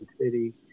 City